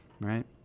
right